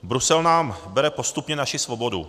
Brusel nám bere postupně naši svobodu.